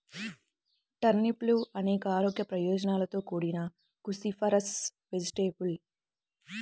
టర్నిప్లు అనేక ఆరోగ్య ప్రయోజనాలతో కూడిన క్రూసిఫరస్ వెజిటేబుల్